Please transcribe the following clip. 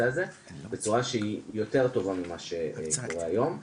הזה בצורה שהיא יותר טובה ממה שהיא היום.